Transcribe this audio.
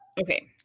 Okay